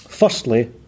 Firstly